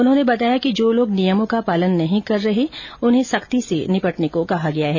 उन्होंने बताया कि जो लोग नियमों का पालन नहीं कर रहे उनके सख्ती से निपटने को भी कहा गया है